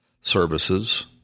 services